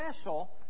special